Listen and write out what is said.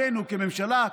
עלינו כממשלה,